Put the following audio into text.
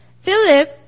Philip